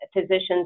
physicians